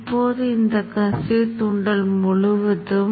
இப்போது இந்த விளைவை நாம் தெளிவாகக் பார்க்கலாம்